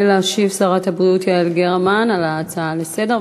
שרת הבריאות יעל גרמן תעלה להשיב על ההצעות לסדר-היום,